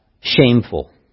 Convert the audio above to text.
shameful